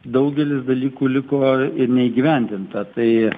daugelis dalykų liko neįgyvendinta tai